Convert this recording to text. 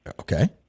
Okay